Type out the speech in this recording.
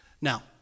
Now